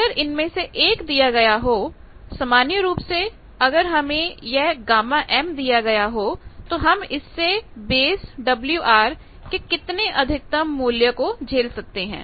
अगर इनमें से एक दिया गया हो सामान्य रूप से अगर हमें यह Γm दिया गया हो तो हम इससे बेस Wr के कितने अधिकतम मूल्य को झेल सकते हैं